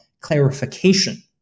clarification